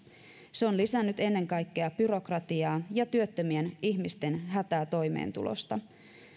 se on lisännyt ennen kaikkea byrokratiaa ja työttömien ihmisten hätää toimeentulosta